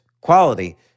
quality